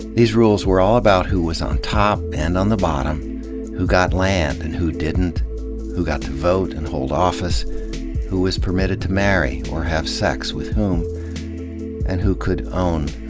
these rules were all about who was on top, and on the bottom who got land and who didn't who got to vote and hold office who was permitted to marry or have sex with whom and who could own